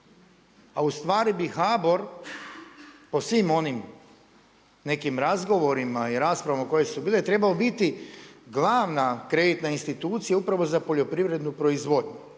a ustvari bi HBOR po svim onim nekim razgovorima i raspravama koje su bile trebao biti glavna kreditna institucija upravo za poljoprivrednu proizvodnju,